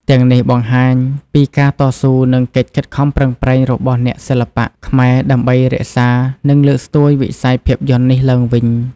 ទាំងនេះបង្ហាញពីការតស៊ូ និងកិច្ចខិតខំប្រឹងប្រែងរបស់អ្នកសិល្បៈខ្មែរដើម្បីរក្សា និងលើកស្ទួយវិស័យភាពយន្តនេះឡើងវិញ។